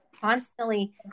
Constantly